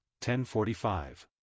1045